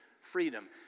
freedom